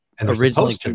originally